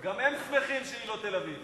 גם הם שמחים שהיא לא תל-אביב.